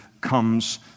comes